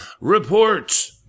Report